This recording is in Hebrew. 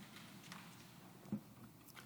טוב,